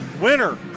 winner